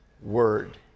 word